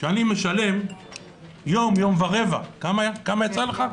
שאני משלם יום, יום ורבע, כמה יצא לך?